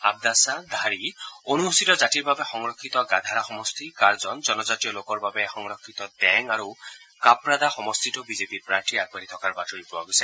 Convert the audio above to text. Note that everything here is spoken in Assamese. আবাদাছা ধাৰি অনুসূচীত জাতিৰ বাবে সংৰক্ষিত গাধাৰা সমষ্টি কাৰ্জন জনজাতীয় লোকৰ বাবে সংৰক্ষিত দেং আৰু কাপ্ৰাডা সমষ্টিতো বিজেপিৰ প্ৰাৰ্থী আগবাঢ়ি থকাৰ বাতৰি পোৱা গৈছে